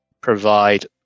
provide